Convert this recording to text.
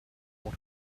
what